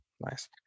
Nice